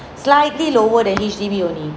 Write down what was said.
slightly lower than H_D_B only